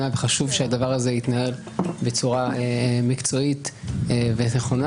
חשוב שהדבר הזה יתנהל בצורה מקצועית ונכונה